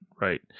right